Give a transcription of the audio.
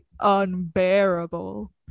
unbearable